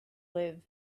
live